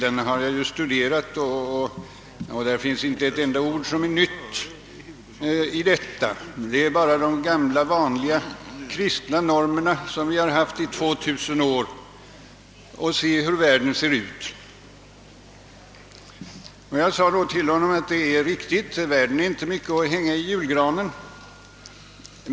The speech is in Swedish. Den har jag studerat, och där finns inte ett enda ord som är nytt — det är bara de gamla vanliga kristna normerna som vi har haft i 2000 år — och se hur världen ser ut!» Jag sade då till honom: »Det är riktigt, världen är inte mycket att hänga i julgranen.